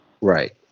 Right